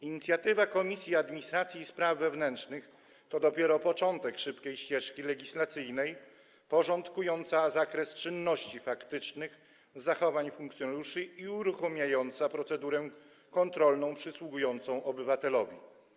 Inicjatywa Komisji Administracji i Spraw Wewnętrznych to dopiero początek szybkiej ścieżki legislacyjnej, porządkująca zakres czynności faktycznych, zachowań funkcjonariuszy i uruchamiająca procedurę kontrolną przysługującą obywatelowi.